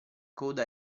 coda